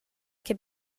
che